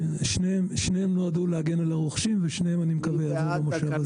שניהם נועדו להגן על הרוכשים ואני מקווה ששניהם יעברו במושב הזה.